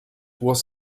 was